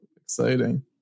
exciting